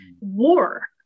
war